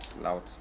loud